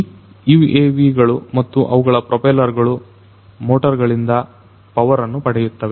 ಈ UAVಗಳು ಮತ್ತು ಅವುಗಳ ಪ್ರೊಪೆಲ್ಲರ್ ಗಳು ಮೋಟರ್ ಗಳಿಂದ ಪವರ್ ಅನ್ನು ಪಡೆಯುತ್ತವೆ